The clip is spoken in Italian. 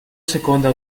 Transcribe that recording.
seconda